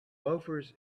loafers